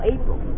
April